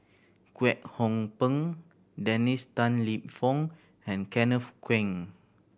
Kwek Hong Png Dennis Tan Lip Fong and Kenneth Keng